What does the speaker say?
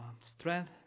strength